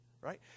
right